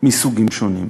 מסוגים שונים.